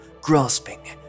grasping